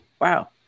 wow